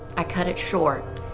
i cut it short.